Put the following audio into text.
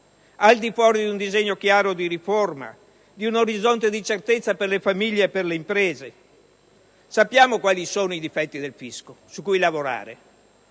al di fuori di un disegno chiaro di riforma e in un orizzonte di incertezza per le famiglie e le imprese? Sappiamo quali sono i difetti del fisco su cui lavorare: